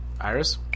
Iris